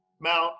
mount